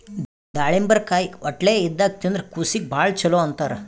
ದಾಳಿಂಬರಕಾಯಿ ಹೊಟ್ಲೆ ಇದ್ದಾಗ್ ತಿಂದ್ರ್ ಕೂಸೀಗಿ ಭಾಳ್ ಛಲೋ ಅಂತಾರ್